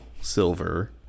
silver